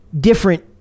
different